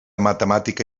matemàtica